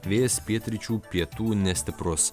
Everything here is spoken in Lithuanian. vėjas pietryčių pietų nestiprus